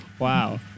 Wow